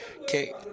Okay